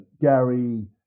Gary